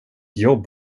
jobb